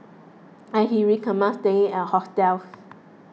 and he recommends staying at hostels